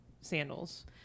sandals